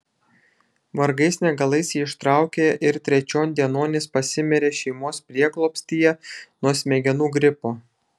vargais negalais jį ištraukė ir trečion dienon jis pasimirė šeimos prieglobstyje nuo smegenų gripo